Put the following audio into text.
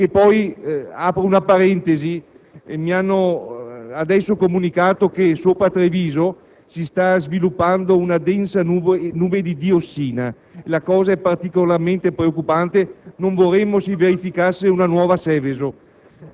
portata (apro una parentesi perché mi hanno appena comunicato che su Treviso si sta sviluppando una densa nube di diossina il che è particolarmente preoccupante, non vorremmo si verificasse una nuova Seveso),